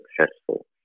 successful